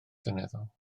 seneddol